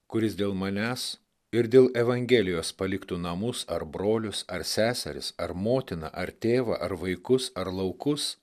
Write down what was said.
kuris dėl manęs ir dėl evangelijos paliktų namus ar brolius ar seseris ar motiną ar tėvą ar vaikus ar laukus